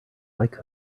like